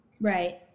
Right